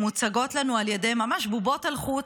שמוצגות לנו על ידי ממש בובות על חוט,